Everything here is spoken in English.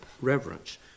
reverence